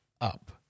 up